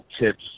tips